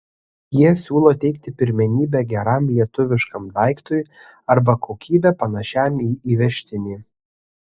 jie siūlo teikti pirmenybę geram lietuviškam daiktui arba kokybe panašiam į įvežtinį